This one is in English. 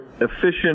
efficient